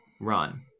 run